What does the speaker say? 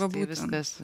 labai viskas